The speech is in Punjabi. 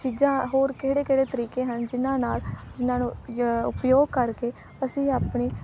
ਚੀਜ਼ਾਂ ਹੋਰ ਕਿਹੜੇ ਕਿਹੜੇ ਤਰੀਕੇ ਹਨ ਜਿਨ੍ਹਾਂ ਨਾਲ ਜਿਨ੍ਹਾਂ ਨੂੰ ਉਪਯੋਗ ਕਰਕੇ ਅਸੀਂ ਆਪਣੀ